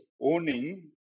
owning